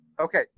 Okay